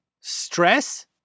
Stress